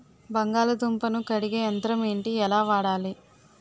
బంగాళదుంప ను కడిగే యంత్రం ఏంటి? ఎలా వాడాలి?